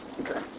okay